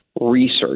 research